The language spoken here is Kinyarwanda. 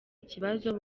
ikibazo